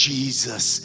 Jesus